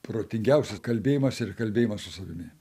protingiausias kalbėjimas yra kalbėjimas su savimi